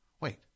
Wait